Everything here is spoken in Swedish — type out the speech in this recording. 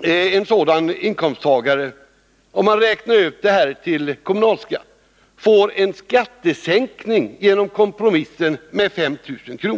i årsinkomst där, får en sänkning av sin kommunalskatt med 5 000 kr.